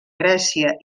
grècia